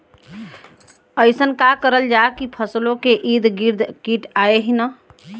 अइसन का करल जाकि फसलों के ईद गिर्द कीट आएं ही न?